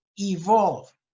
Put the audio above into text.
evolve